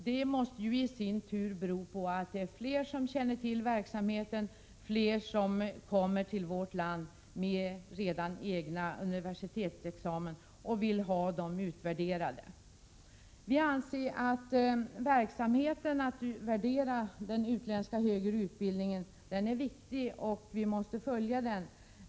Detta måste i sin tur bero på att det är fler som känner till att verksamheten finns, fler kommer till vårt land med egna universitetsexamina och vill ha dem utvärderade. Vi anser att utvärderingen av den utländska högre utbildningen är viktig och att den måste följas upp.